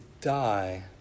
die